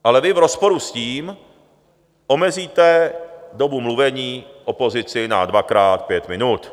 Ale vy v rozporu s tím omezíte dobu mluvení opozici na dvakrát pět minut.